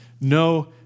no